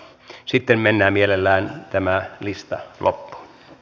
sitten mennään mielellään tämä lista loppuun